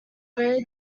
very